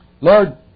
Lord